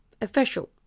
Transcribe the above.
official